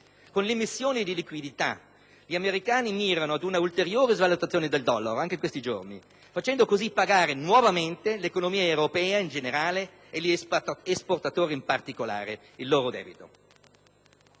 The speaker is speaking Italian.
Con l'immissione di liquidità gli americani mirano ad una ulteriore svalutazione del dollaro (anche in questi giorni), facendo così pagare nuovamente all'economia europea in generale e agli esportatori in particolare il loro debito.